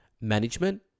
Management